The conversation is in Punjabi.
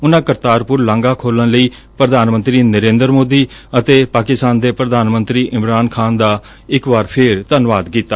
ਉਨਾਂ ਕਰਤਾਰਪੁਰ ਲਾਘਾ ਖੋਲੁਣ ਲਈ ਪੁਧਾਨ ਮੰਤਰੀ ਨਰੇਦਰ ਮੋਦੀ ਅਤੇ ਪਾਕਿਸਤਾਨ ਦੇ ਪ੍ਰਧਾਨ ਮੰਤਰੀ ਇਮਰਾਨ ਖਾਨ ਦਾ ਇਕ ਵਾਰ ਫਿਰ ਧੰਨਵਾਦ ਕੀਤਾ